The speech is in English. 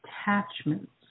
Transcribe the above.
attachments